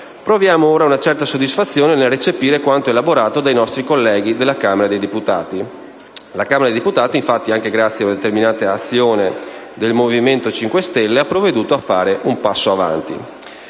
proviamo ora una certa soddisfazione nel recepire quanto elaborato dai nostri colleghi della Camera dei deputati. La Camera infatti, anche grazie a una determinante azione del Movimento 5 Stelle, ha provveduto a fare un passo avanti.